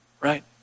Right